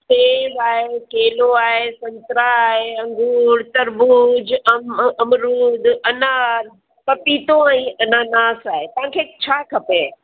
सेब आहे केलो आहे संतरा आहे अंगूर तरबूज अम अमरूद अनार पपीतो ऐं अनानास आहे तव्हांखे छा खपे